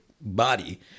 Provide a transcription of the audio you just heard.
body